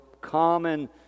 common